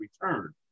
return